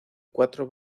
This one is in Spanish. cuatro